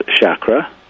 chakra